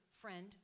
friend